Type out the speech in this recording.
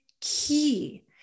key